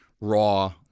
raw